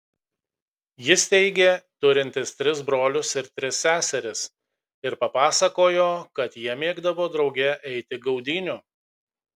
jis teigė turintis tris brolius ir tris seseris ir papasakojo kad jie mėgdavo drauge eiti gaudynių